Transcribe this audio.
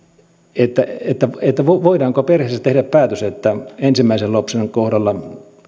voidaanko perheessä tehdä päätös että ensimmäisen lapsen kohdalla